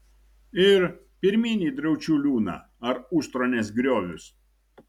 ir pirmyn į draučių liūną ar ustronės griovius